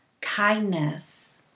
kindness